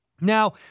Now